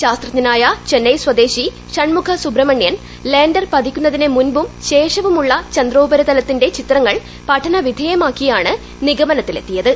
ശാസ്ത്രജ്ഞനായ ചെന്നൈ സ്വദേശി ഷൺമുഖ സുബ്രഹ്മണ്യൻ ലാൻഡർ പതിക്കുന്നതിന് മുമ്പും ശേഷവുമുള്ള ചിത്രങ്ങൾ പഠനവിധേയമാക്കിയാണ് നിഗമനത്തിലെത്തിയത്